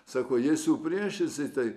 sako jei supriešinsi tai